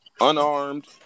unarmed